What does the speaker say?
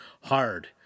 Hard